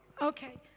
Okay